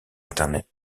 internet